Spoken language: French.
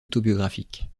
autobiographique